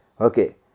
Okay